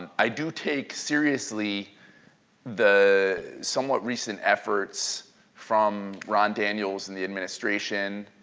and i do take seriously the somewhat recent efforts from ron daniels and the administration.